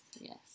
Yes